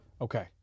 Okay